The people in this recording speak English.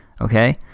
okay